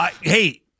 Hey